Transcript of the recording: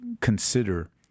consider